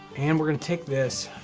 and we're going to take this,